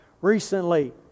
Recently